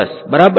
ચોરસબરાબરને